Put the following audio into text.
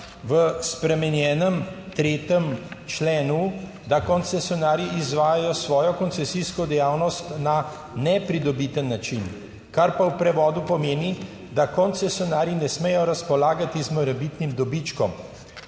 v spremenjenem 3. členu, da koncesionarji izvajajo svojo koncesijsko dejavnost na nepridobiten način, kar pa v prevodu pomeni, da koncesionarji ne smejo razpolagati z morebitnim dobičkom.